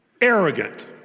arrogant